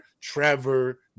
Trevor